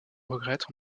regrette